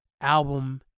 album